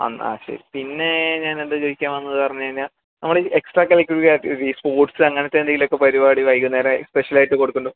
എന്നാൽ ശരി പിന്നെ ഞാന് എന്താണ് ചോദിക്കാൻ വന്നതെന്ന് പറഞ്ഞു കഴിഞ്ഞാൽ നമ്മൾ എക്സ്ട്രാ കരികുലര് ആക്ടിവിറ്റീസ് സ്പോര്ട്സ് അങ്ങനെത്തെ എന്തെങ്കിലുമൊക്കെ പരിപാടി വൈകുന്നേരം സ്പെഷ്യല് ആയിട്ട് കൊടുക്കുന്നുണ്ടോ